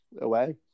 away